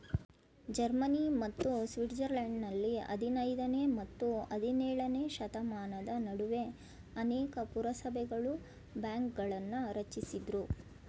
Germany ಮತ್ತು ಸ್ವಿಟ್ಜರ್ಲೆಂಡ್ನಲ್ಲಿ ಹದಿನೈದನೇ ಮತ್ತು ಹದಿನೇಳನೇಶತಮಾನದ ನಡುವೆ ಅನೇಕ ಪುರಸಭೆಗಳು ಬ್ಯಾಂಕ್ಗಳನ್ನ ರಚಿಸಿದ್ರು